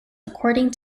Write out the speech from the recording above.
according